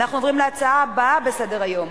אנחנו עוברים להצעה הבאה בסדר-היום.